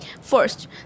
First